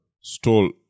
stole